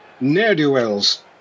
ne'er-do-wells